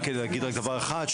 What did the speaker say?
רק להגיד דבר אחד,